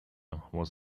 was